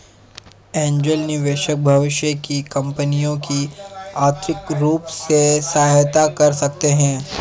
angel निवेशक भविष्य की कंपनियों की आर्थिक रूप से सहायता कर सकते हैं